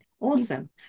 Awesome